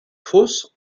fosses